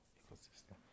ecosystem